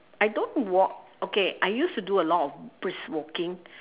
I don't walk okay I used to do a lot of brisk walking